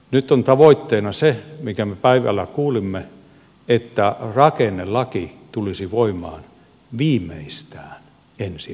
nyt on tavoitteena se minkä me päivällä kuulimme että rakennelaki tulisi voimaan viimeistään ensi vappuna